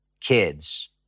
kids